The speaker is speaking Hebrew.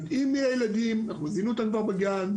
יודעים מי הילדים, זיהינו אותם כבר בגן,